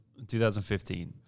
2015